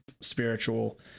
spiritual